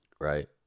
Right